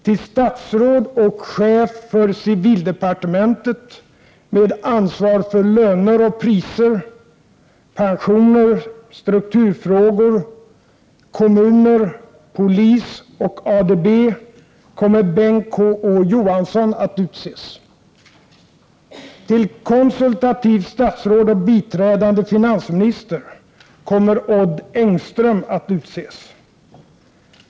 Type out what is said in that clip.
Till statsråd och chef för civildepartementet med ansvar för löner och priser, pensioner, strukturfrågor, kommuner, polis och ADB kommer Bengt K Å Johansson att utses. Till konsultativt statsråd och biträdande finansminister kommer Odd Engström att utses.